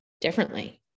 differently